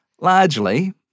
largely